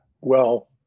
well-